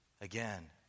Again